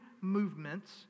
movements